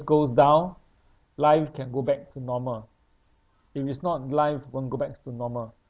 goes down life can go back to normal if it's not life won't go backs to normal